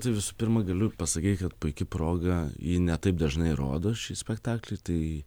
tai visų pirma galiu pasakyti kad puiki proga jį ne taip dažnai rodo šį spektaklį tai